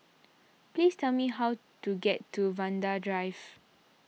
please tell me how to get to Vanda Drive